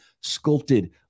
sculpted